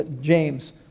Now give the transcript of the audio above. James